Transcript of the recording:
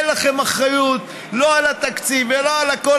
אין לכם אחריות לא על התקציב ולא על הכול,